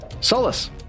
Solus